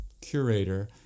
curator